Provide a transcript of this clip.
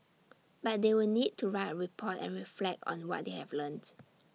but they would need to write A report and reflect on what they have learnt